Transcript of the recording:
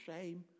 shame